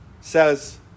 says